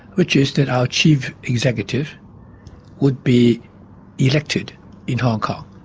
which is that our chief executive would be elected in hong kong.